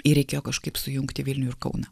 ir reikėjo kažkaip sujungti vilnių ir kauną